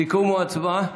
סיכום או הצבעה,